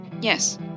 Yes